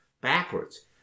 backwards